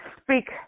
speak